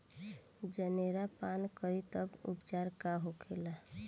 जनेरा पान करी तब उपचार का होखेला?